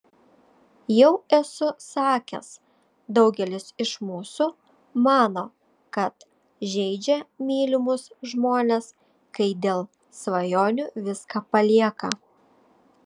jau esu sakęs daugelis iš mūsų mano kad žeidžia mylimus žmones kai dėl svajonių viską palieka